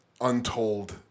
untold